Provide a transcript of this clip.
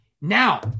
Now